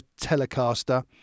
Telecaster